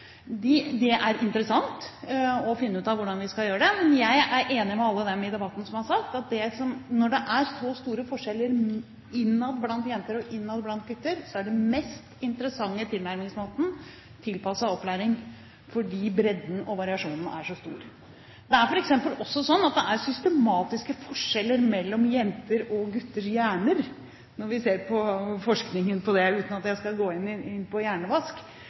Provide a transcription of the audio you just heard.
Det er interessant å skulle finne ut av hvordan vi skal gjøre dette, men jeg er enig med alle dem i debatten som har sagt at når det er så store forskjeller innad blant jenter og innad blant gutter, er den mest interessante tilnærmingsmåten tilpasset opplæring – fordi bredden og variasjonen er så stor. Det er f.eks. også sånn at det er systematiske forskjeller mellom jenters og gutters hjerne, ifølge forskningen – uten at jeg skal gå inn på Hjernevask